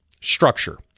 structure